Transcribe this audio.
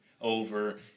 over